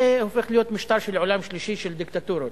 זה הופך להיות משטר של עולם שלישי, של דיקטטורות.